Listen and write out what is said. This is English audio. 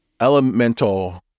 Elemental